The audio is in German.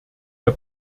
der